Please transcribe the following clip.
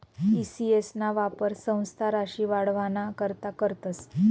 E CS ना वापर संस्था राशी वाढावाना करता करतस